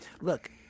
look